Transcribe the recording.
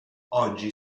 oggi